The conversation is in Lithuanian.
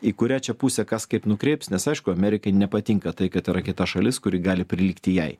į kurią čia pusę kas kaip nukreips nes aišku amerikai nepatinka tai kad yra kita šalis kuri gali prilygti jai